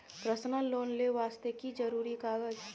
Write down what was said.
Personal loan ले वास्ते की जरुरी कागज?